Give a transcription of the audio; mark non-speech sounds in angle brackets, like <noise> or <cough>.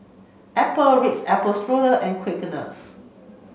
Apple Ritz Apple Strudel and Quaker <unintelligible>